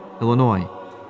Illinois